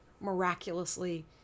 miraculously